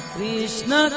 Krishna